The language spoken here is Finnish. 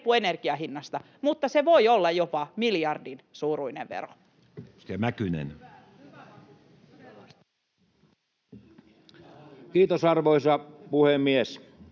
se voi olla jopa miljardin suuruinen vero. Edustaja Mäkynen.